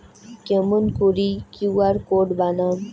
কেমন করি Q R code বানাম?